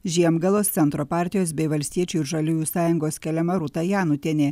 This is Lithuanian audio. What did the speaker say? žiemgalos centro partijos bei valstiečių ir žaliųjų sąjungos keliama rūta janutienė